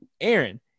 Aaron